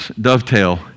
dovetail